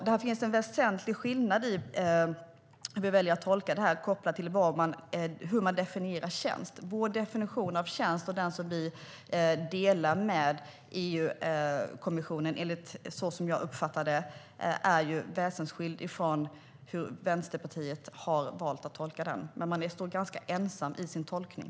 Där finns det en väsentlig skillnad i hur vi väljer att tolka det här kopplat till hur "tjänst" definieras. Vår definition, som vi delar med EU-kommissionen så som jag uppfattar det, är väsensskild från hur Vänsterpartiet har valt att tolka det. Man står ganska ensam i sin tolkning.